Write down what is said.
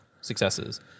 successes